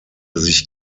sich